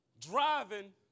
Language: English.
driving